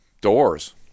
Doors